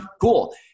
Cool